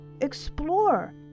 explore